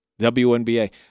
WNBA